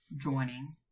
joining